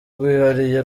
rwihariye